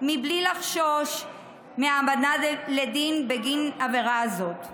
מבלי לחשוש מהעמדה לדין בגין עבירה זאת.